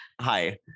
Hi